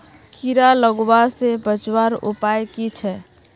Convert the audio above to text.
कीड़ा लगवा से बचवार उपाय की छे?